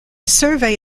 survey